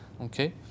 Okay